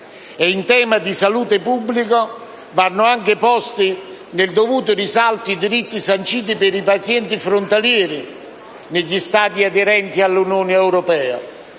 In tema di salute pubblica vanno anche posti nel dovuto risalto i diritti sanciti per i pazienti frontalieri negli Stati aderenti all'Unione europea,